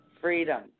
Freedom